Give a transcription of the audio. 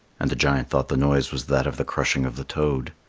and the giant thought the noise was that of the crushing of the toad.